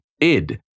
id